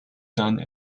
done